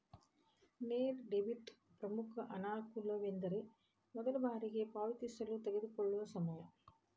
ನೇರ ಡೆಬಿಟ್ನ ಪ್ರಮುಖ ಅನಾನುಕೂಲವೆಂದರೆ ಮೊದಲ ಬಾರಿಗೆ ಪಾವತಿಸಲು ತೆಗೆದುಕೊಳ್ಳುವ ಸಮಯ